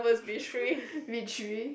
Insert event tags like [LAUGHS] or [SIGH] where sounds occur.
[LAUGHS] B three